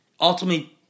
Ultimately